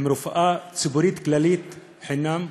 עם רפואה ציבורית כללית חינם,